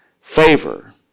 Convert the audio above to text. favor